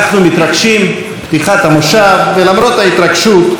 אנחנו מתרגשים, פתיחת המושב, ולמרות ההתרגשות,